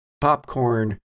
popcorn